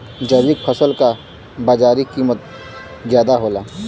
जैविक फसल क बाजारी कीमत ज्यादा होला